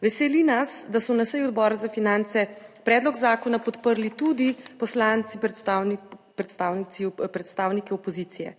Veseli nas, da so na seji Odbora za finance predlog zakona podprli tudi poslanci, predstavniki opozicije.